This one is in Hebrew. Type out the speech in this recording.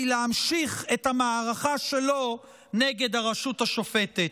להמשיך את המערכה שלו נגד הרשות השופטת.